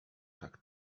tak